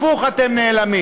הפוך, אתם נעלמים.